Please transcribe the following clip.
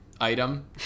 item